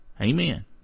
Amen